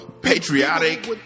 patriotic